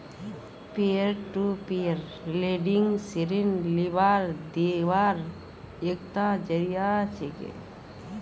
peer to peer lending ऋण लीबार दिबार एकता जरिया छिके